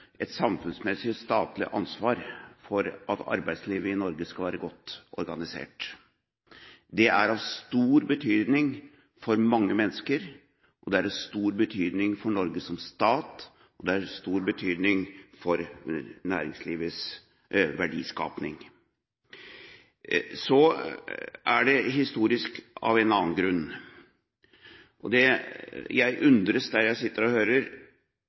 et samfunnsmessig statlig ansvar for at arbeidslivet i Norge skal være godt organisert. Det er av stor betydning for mange mennesker, det er av stor betydning for Norge som stat, og det er av stor betydning for næringslivets verdiskaping. Så er det historisk av en annen grunn. Jeg undres når jeg sitter og hører